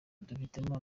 dufitemo